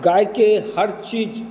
गाय की हर चीज़